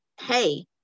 hey